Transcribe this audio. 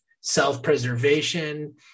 self-preservation